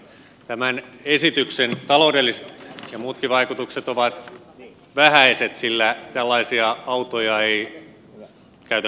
tämän esityksen taloudelliset ja muutkin vaikutukset ovat vähäiset sillä tällaisia autoja ei käytännössä ole